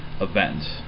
event